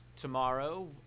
tomorrow